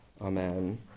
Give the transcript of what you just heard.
Amen